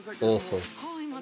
awful